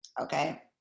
okay